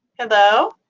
hello?